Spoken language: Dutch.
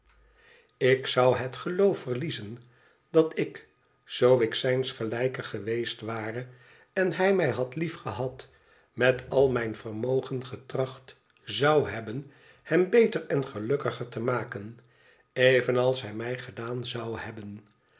ik zou het geloof verliezen dat ik zoo ik zijns gelijke geweest ware en hij mij had liefgehad met al mijn vermogen getracht zou hebben hem beter en gelukkiger te maken evenals hij mij gedaan zou hebben